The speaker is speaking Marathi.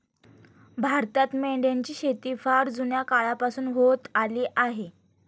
भारतात मेंढ्यांची शेती फार जुन्या काळापासून होत आली आहे